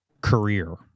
career